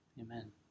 Amen